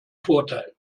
vorteil